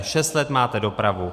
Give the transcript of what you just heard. Šest let máte dopravu.